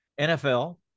NFL